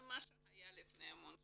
ממה שהיה לפני המון שנים.